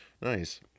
Nice